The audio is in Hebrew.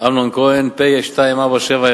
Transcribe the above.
אמנון כהן, פ/2471.